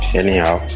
anyhow